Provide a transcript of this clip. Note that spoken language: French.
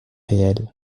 réel